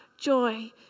joy